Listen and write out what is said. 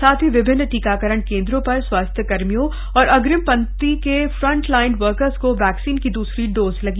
साथ ही विभिन्न टीकाकरण केन्द्रों पर स्वास्थ्य कर्मियों और अग्रिम पंक्ति के फ्रंटलाइन वर्कर्स को वैक्सीन की दुसरी डोज लगी